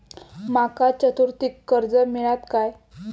माका चतुर्थीक कर्ज मेळात काय?